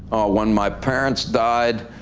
when my parents died,